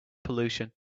pollution